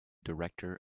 director